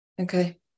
Okay